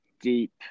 deep